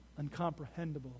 uncomprehendable